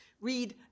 Read